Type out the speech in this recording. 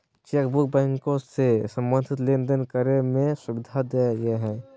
chequebook बैंको से संबंधित लेनदेन करे में सुविधा देय हइ